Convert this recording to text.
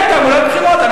כן, תעמולת בחירות.